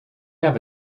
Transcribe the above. have